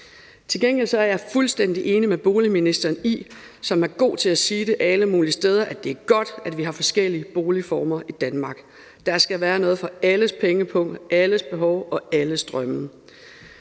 Til gengæld er jeg fuldstændig enig med boligministeren, som er god til at sige det alle mulige steder, i, at det er godt, at vi har forskellige boligformer i Danmark. Der skal være noget for alles pengepung, til alles behov og alles drømme.